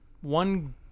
One